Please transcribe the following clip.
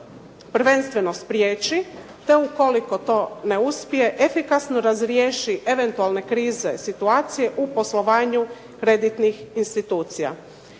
prvenstveno spriječi, te ukoliko to ne uspije efikasno razriješi eventualne krize situacije u poslovanju kreditnih institucija.